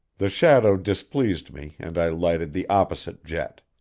the shadow displeased me and i lighted the opposite jet.